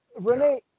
Renee